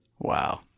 Wow